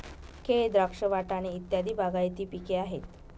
केळ, द्राक्ष, वाटाणे इत्यादी बागायती पिके आहेत